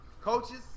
Coaches